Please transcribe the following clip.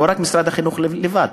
לא משרד החינוך לבד,